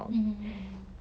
mmhmm mmhmm